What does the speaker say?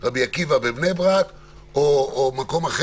רבי עקיבא בבני ברק או מרכז,